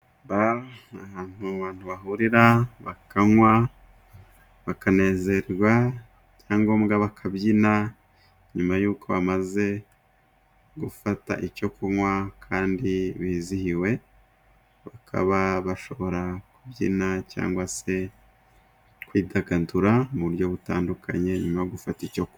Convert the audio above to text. Bare ni ahantu abantu bahurira bakanywa bakanezerwa byaba ngombwa bakabyina nyuma y'uko bamaze gufata icyo kunywa kandi bizihiwe, bakaba bashobora kubyina cyangwa se kwidagadura mu buryo butandukanye no gufata icyo kunywa.